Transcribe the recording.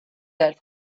that